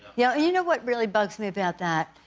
yeah you know what really bugs me about that?